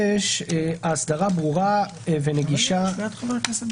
האסדרה ברורה ונגישה לציבור הנוגע לעניין,